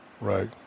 right